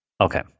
Okay